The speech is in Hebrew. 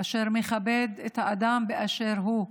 אשר מכבד את האדם באשר הוא,